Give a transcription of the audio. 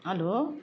hello